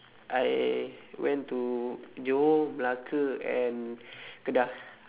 I went to johor melaka and kedah